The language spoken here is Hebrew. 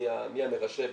מי המרשה בעצם,